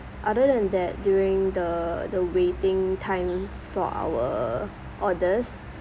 other than that during the the waiting time for our orders